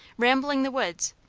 rambling the woods,